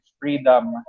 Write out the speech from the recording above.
freedom